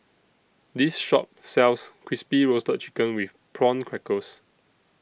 This Shop sells Crispy Roasted Chicken with Prawn Crackers